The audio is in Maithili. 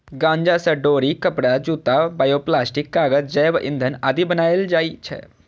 गांजा सं डोरी, कपड़ा, जूता, बायोप्लास्टिक, कागज, जैव ईंधन आदि बनाएल जाइ छै